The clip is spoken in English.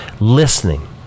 listening